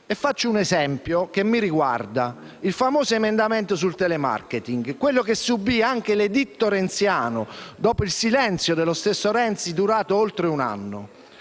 Faccio un esempio che mi riguarda: il famoso emendamento in tema di *telemarketing*, quello che subì anche l'editto renziano, dopo il silenzio dello stesso Renzi durato oltre un anno.